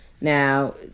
Now